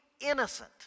innocent